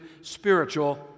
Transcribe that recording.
spiritual